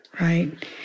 Right